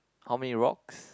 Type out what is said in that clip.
how many rocks